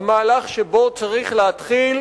המהלך שבו צריך להתחיל,